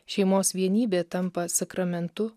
šeimos vienybė tampa sakramentu